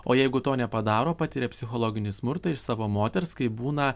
o jeigu to nepadaro patiria psichologinį smurtą iš savo moters kai būna